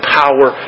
power